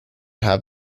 have